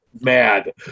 mad